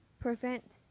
prevent